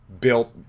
built